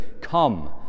come